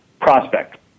prospect